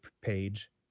page